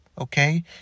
okay